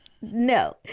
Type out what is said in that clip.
no